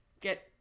Get